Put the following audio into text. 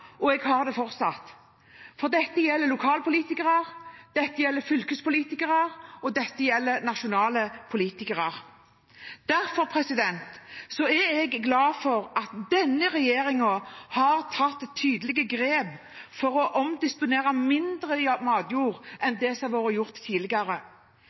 og jeg har det fortsatt. Dette gjelder lokalpolitikere, fylkespolitikere og nasjonale politikere. Derfor er jeg glad for at denne regjeringen har tatt tydelige grep for å omdisponere mindre matjord enn det som har vært gjort tidligere.